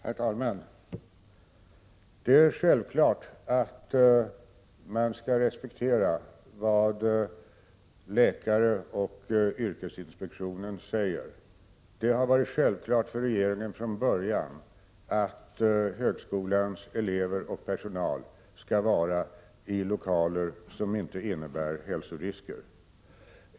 Herr talman! Det är självklart att man skall respektera vad läkare och yrkesinspektionen säger. Det har varit självklart för regeringen från början att högskolans elever och personal skall vara i lokaler som inte innebär hälsorisker.